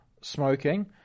smoking